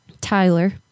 tyler